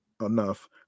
enough